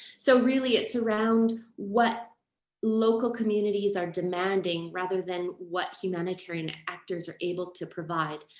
so really, it's around what local communities are demanding rather than what humanitarian actors are able to provide.